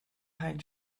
pine